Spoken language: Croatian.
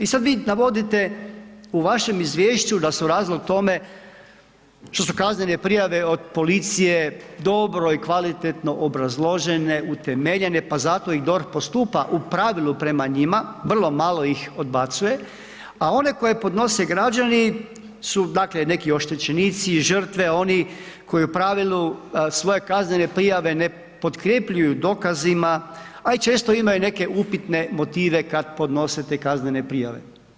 I sad vi navodite u vašem izvješću da su razlog tome što su kaznene prijave od policije dobro i kvalitetno obrazložene, utemeljene pa zato i DORH postupa u pravilu prema njima, vrlo malo ih odbacuje, a one koje podnose građani su dakle neki oštećenici, žrtve oni koji u pravilu svoje kaznene prijave ne potkrepljuju dokazima, a i često imaju neke upitne motive kad podnose te kaznene prijave.